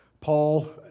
Paul